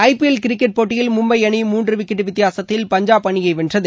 ஐ P L cricket போட்டியில் மும்பை அணி மூன்று விக்கெட் வித்தியாசத்தில் பஞ்சாப் அணியை வென்றது